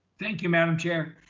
thank you, madam chair.